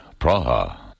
Praha